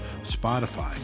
Spotify